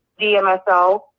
DMSO